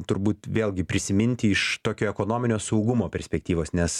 turbūt vėlgi prisiminti iš tokio ekonominio saugumo perspektyvos nes